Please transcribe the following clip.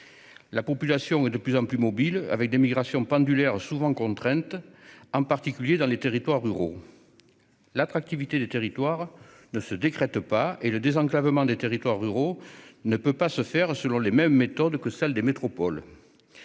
La population est de plus en plus mobile, et l'on observe des migrations pendulaires souvent contraintes, en particulier dans les territoires ruraux. L'attractivité des territoires ne se décrète pas, et le désenclavement des territoires ruraux ne peut se faire selon les méthodes qui sont appliquées dans les métropoles.